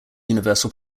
universal